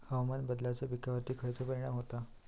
हवामान बदलाचो पिकावर खयचो परिणाम होता?